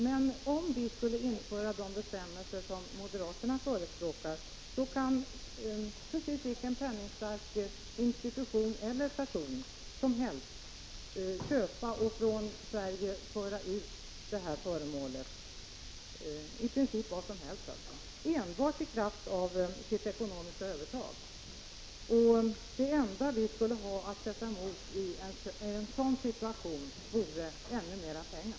Men om vi skulle införa de betämmelser som moderaterna förespråkar kan precis vilken penningstark person eller institution som helst köpa och från Sverige föra ut det här föremålet — vilket i princip kan vara vad som helst — enbart i kraft av sitt ekonomiska övertag. Det enda vi skulle ha att sätta emot i en sådan situation vore ännu mer pengar.